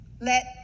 Let